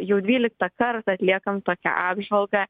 jau dvyliktą kartą atliekam tokią apžvalgą